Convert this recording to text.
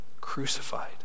crucified